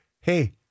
hey